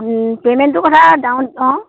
পেমেণ্টটোৰ কথা ডাউন অ'